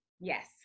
Yes